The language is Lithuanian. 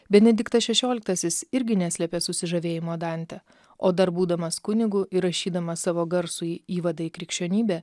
benediktas šešioliktasis irgi neslėpė susižavėjimo dante o dar būdamas kunigu ir rašydamas savo garsųjį įvadą į krikščionybę